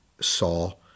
Saul